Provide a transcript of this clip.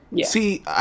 See